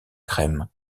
crème